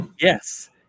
Yes